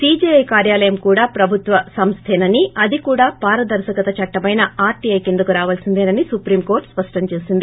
CJI కార్యాలయం కూడా ప్రభుత్వ సంస్లేనని అది కూడా పారదర్శకత చట్లమైన ఆర్లీఐ కిందకు రావాల్పిందేనని సుప్రీం కోర్లు స్పష్టం చేసింది